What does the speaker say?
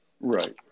Right